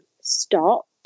stop